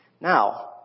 Now